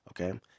Okay